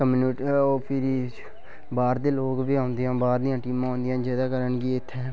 फ्हिरी बाह्र दे लोक बी औंदे न बाह्र दियां टीमां औंदियां जेहदे कारण गी इत्थै